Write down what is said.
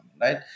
Right